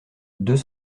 deux